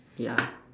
ya